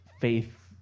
faith